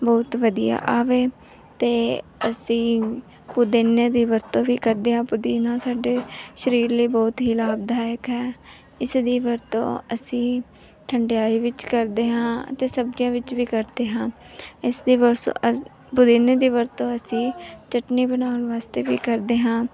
ਬਹੁਤ ਵਧੀਆ ਆਵੇ ਅਤੇ ਅਸੀਂ ਪੁਦੀਨੇ ਦੀ ਵਰਤੋਂ ਵੀ ਕਰਦੇ ਹਾਂ ਪੁਦੀਨਾ ਸਾਡੇ ਸਰੀਰ ਲਈ ਬਹੁਤ ਹੀ ਲਾਭਦਾਇਕ ਹੈ ਇਸ ਦੀ ਵਰਤੋਂ ਅਸੀਂ ਠੰਡਿਆਈ ਵਿੱਚ ਕਰਦੇ ਹਾਂ ਅਤੇ ਸਬਜ਼ੀਆਂ ਵਿੱਚ ਵੀ ਕਰਦੇ ਹਾਂ ਇਸਦੀ ਬਰਸੋ ਅ ਪੁਦੀਨੇ ਦੀ ਵਰਤੋਂ ਅਸੀਂ ਚਟਣੀ ਬਣਾਉਣ ਵਾਸਤੇ ਵੀ ਕਰਦੇ ਹਾਂ